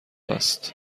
است